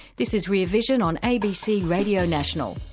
this is rear vision on abc radio national.